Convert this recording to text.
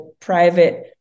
private